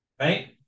right